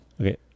Okay